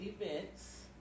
events